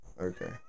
Okay